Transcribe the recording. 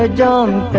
ah don't